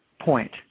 point